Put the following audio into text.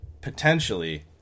potentially